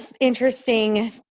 interesting